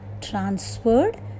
transferred